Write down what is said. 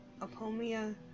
Apomia